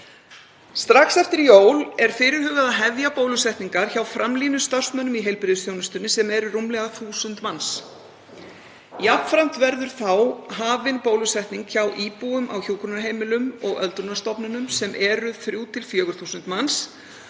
Strax eftir jól er fyrirhugað að hefja bólusetningar hjá framlínustarfsmönnum í heilbrigðisþjónustunni, sem eru rúmlega 1.000 manns. Jafnframt verður þá hafin bólusetning hjá íbúum á hjúkrunarheimilum og öldrunarstofnunum, sem eru 3.000–4.000 manns.